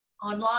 Online